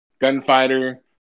gunfighter